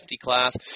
class